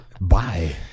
bye